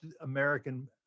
American